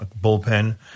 bullpen